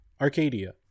Arcadia